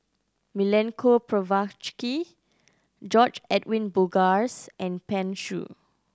Milenko Prvacki George Edwin Bogaars and Pan Shou